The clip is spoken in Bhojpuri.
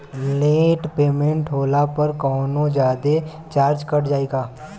लेट पेमेंट होला पर कौनोजादे चार्ज कट जायी का?